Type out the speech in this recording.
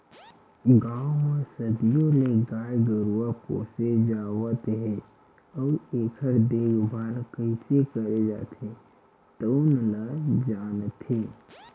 गाँव म सदियों ले गाय गरूवा पोसे जावत हे अउ एखर देखभाल कइसे करे जाथे तउन ल जानथे